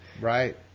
Right